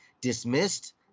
dismissed